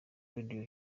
radio